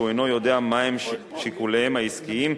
שהוא אינו יודע מהם שיקוליהם העסקיים.